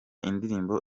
indirimbo